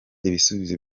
ibisubizo